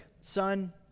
Son